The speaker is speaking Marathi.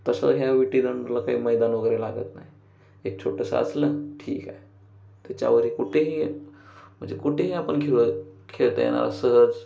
तसं ह्या विटीदांडूला काही मैदान वगैरे लागत नाही एक छोटंसं असलं ठीक आहे त्याच्यावरही कुठेही म्हणजे कुठेही आपण खेळ खेळता येणारा सहज